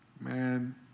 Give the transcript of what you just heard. Man